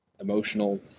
emotional